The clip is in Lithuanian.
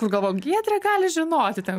kur galvojau giedrė gali žinoti ten